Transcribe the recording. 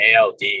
ALD